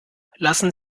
lassen